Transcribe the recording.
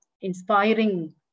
inspiring